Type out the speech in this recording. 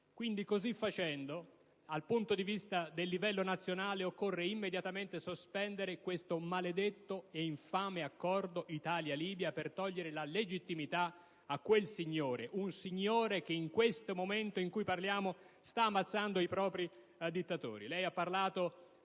principi. Pertanto, a livello nazionale occorre immediatamente sospendere questo maledetto e infame Accordo Italia-Libia per togliere la legittimità a quel signore; un signore che in questo momento in cui parliamo sta ammazzando i propri concittadini. Il Ministro ha parlato